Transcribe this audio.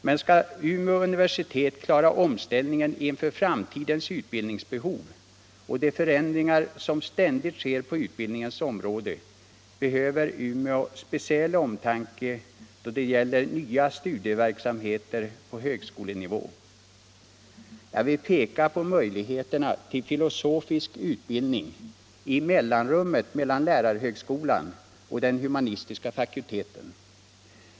Men skall Umeå universitet klara omställningen inför framtidens utbildningsbehov och de förändringar som ständigt sker på utbildningens område behöver Umeå speciell omtanke då det gäller nya studieverksamheter på högskolenivå. Jag vill peka på möjligheterna till filosofisk utbildning i ”mellanrummet” mellan lärarhögskolan och den humanistiska fakulteten.